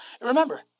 remember